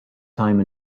time